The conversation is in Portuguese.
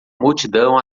multidão